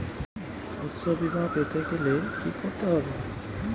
শষ্যবীমা পেতে গেলে কি করতে হবে?